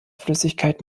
flüssigkeit